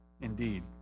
Indeed